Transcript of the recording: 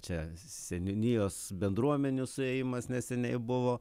čia seniūnijos bendruomenių suėjimas neseniai buvo